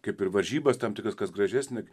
kaip ir varžybas tam tikras kas gražesnė